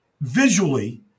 visually –